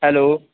hello